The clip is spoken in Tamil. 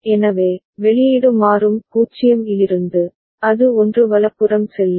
எனவே வெளியீடு மாறும் 0 இலிருந்து அது 1 வலப்புறம் செல்லும்